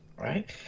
Right